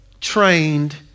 trained